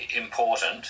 important